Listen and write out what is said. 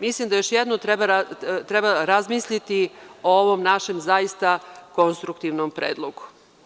Mislim da još jednom treba razmisliti o ovom našem zaista konstruktivnom predlogu.